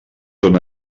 són